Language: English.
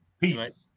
Peace